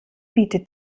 bietet